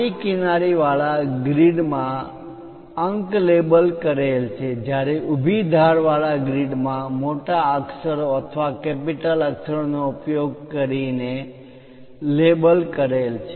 આડી કિનારીવાળા ગ્રીડ માં અંક લેબલ કરેલ છે જ્યારે ઊભી ધારવાળા ગ્રીડ માં મોટા અક્ષરો અથવા કેપિટલ અક્ષરોનો ઉપયોગ કરીને લેબલ કરેલ દર્શાવેલ છે